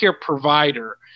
provider